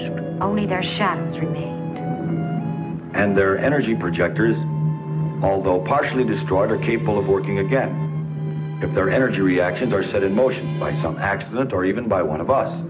shack and their energy projectors although partially destroyed are capable of working again if their energy reactions are set in motion by some accident or even by one of us